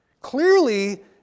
Clearly